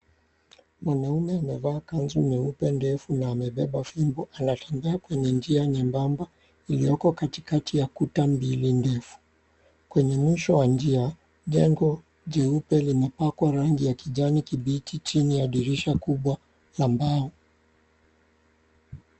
Mwanaume amevaa kanzu nyeupe ndefu na amebeba fimbo. Anapitia kwenye njia nyembaba iliyoko katikati ya kuta mbili ndefu. Kwenye mwisho wa njia, jengo jeupe limepakwa rangi ya kijani kibichi chini ya dirisha kubwa la mbao.